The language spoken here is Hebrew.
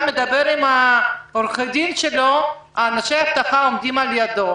מדבר עם עורכי הדין שלו אנשי האבטחה עומדים על ידו,